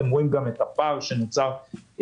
אתם רואים גם את הפער שנוצר בינינו,